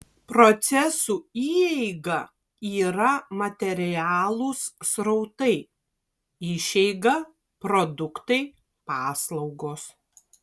procesų įeiga yra materialūs srautai išeiga produktai paslaugos